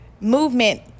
movement